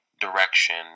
direction